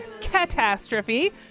catastrophe